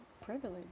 privilege